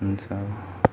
हुन्छ